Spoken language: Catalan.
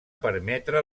permetre